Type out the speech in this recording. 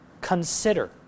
consider